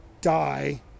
die